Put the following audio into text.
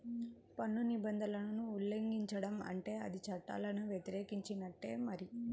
పన్ను నిబంధనలను ఉల్లంఘించడం అంటే అది చట్టాలను వ్యతిరేకించినట్టే మరి